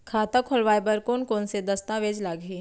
खाता खोलवाय बर कोन कोन से दस्तावेज लागही?